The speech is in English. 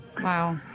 Wow